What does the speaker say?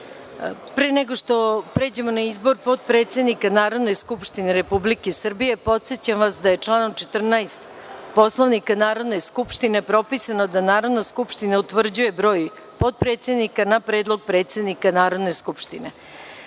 nego što pređemo na izbor potpredsednika Narodne skupštine Republike Srbije, podsećam vas da je članom 14. Poslovnika Narodne skupštine propisano da Narodna skupština utvrđuje broj potpredsednika, na predlog predsednika Narodne skupštine. Saglasno